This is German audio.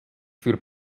für